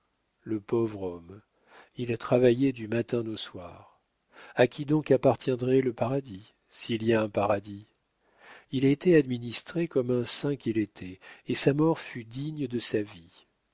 le pauvre homme il travaillait du matin au soir a qui donc appartiendrait le paradis s'il y a un paradis il a été administré comme un saint qu'il était et sa mort fut digne de sa vie